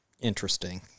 Interesting